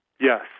Yes